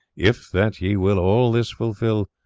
if that ye will all this fulfil,